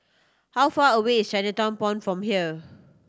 how far away is Chinatown Point from here